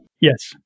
Yes